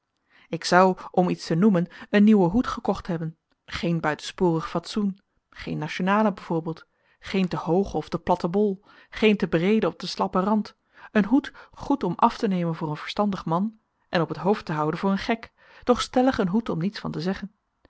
ik zou om iets te noemen een nieuwen hoed gekocht hebben geen buitensporig fatsoen geen nationalen bijv geen te hoogen of te platten bol geen te breeden of te smallen rand een hoed goed om af te nemen voor een verstandig man en op het hoofd te houden voor een gek doch stellig een hoed om niets van te zeggen